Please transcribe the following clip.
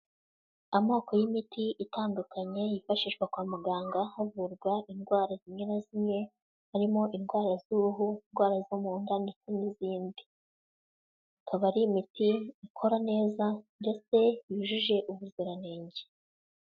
Amoko y'imiti itandukanye yifashishwa kwa muganga havurwa indwara zimwe na zimwe, harimo indwara z'uruhu, indwara zo mu nda ndetse n'izindi. Ikaba ari imiti ikora neza ndetse yujuje ubuziranenge.